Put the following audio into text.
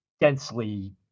densely